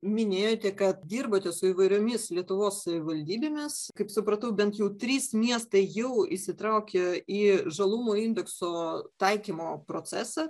minėjote kad dirbate su įvairiomis lietuvos savivaldybėmis kaip supratau bent jau trys miestai jau įsitraukė į žalumo indeksų taikymo procesą